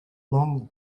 long